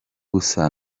gusa